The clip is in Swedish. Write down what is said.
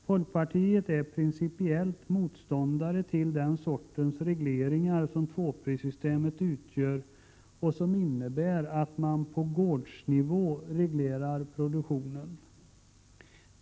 Folkpartiet är principiellt motståndare till den sorts reglering som tvåprissystemet utgör och som innebär att man på gårdsnivå reglerar produktionen.